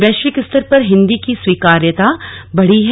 वैश्विक स्तर पर हिन्दी की स्वीकार्यता बढ़ी है